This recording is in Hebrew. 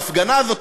ההפגנה הזו,